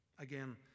Again